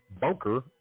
Bunker